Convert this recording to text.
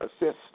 assist